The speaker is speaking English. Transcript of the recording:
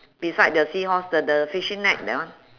beside the seahorse the the fishing net that one